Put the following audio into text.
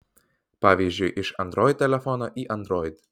pavyzdžiui iš android telefono į android